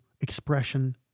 expression